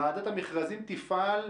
ועדת המכרזים תפעל,